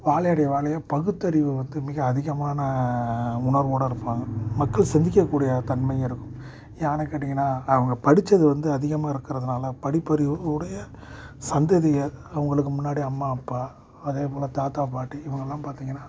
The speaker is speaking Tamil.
வாழையடி வாழையா பகுத்தறிவு வந்து மிக அதிகமான உணர்வோட இருப்பாங்க மக்கள் சிந்திக்கக்கூடிய தன்மையும் இருக்கும் ஏன்னு கேட்டீங்கன்னா அவங்க படிச்சது வந்து அதிகமாக இருக்கிறதுனால படிப்பறிவு உடைய சந்ததியர் அவங்களுக்கு முன்னாடி அம்மா அப்பா அதே போல் தாத்தா பாட்டி இவங்கள்லாம் பார்த்தீங்கன்னா